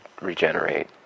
regenerate